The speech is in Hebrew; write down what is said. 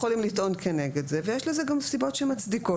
יכולים לטעון כנגד זה ויש לזה גם סיבות שמצדיקות